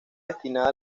destinada